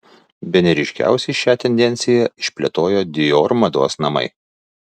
bene ryškiausiai šią tendenciją išplėtojo dior mados namai